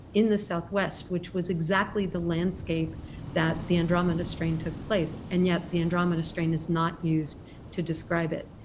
in the southwest which was exactly the landscape that the andromeda strain took place and yet the andromeda strain is not used to describe it.